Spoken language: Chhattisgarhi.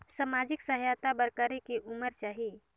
समाजिक सहायता बर करेके उमर चाही?